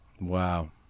Wow